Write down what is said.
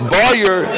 buyer